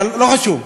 אבל לא חשוב.